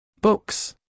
Books